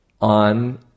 on